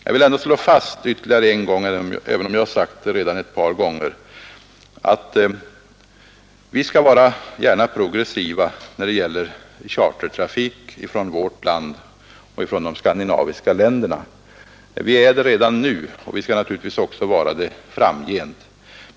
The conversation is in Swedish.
Jag vill ändå slå fast ytterligare en gång — även om jag redan har sagt det ett par gånger — att vi gärna skall vara progressiva när det gäller chartertrafik från vårt land och från de skandinaviska länderna. Vi är det redan nu och skall naturligtvis också vara det framgent.